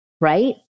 right